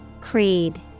Creed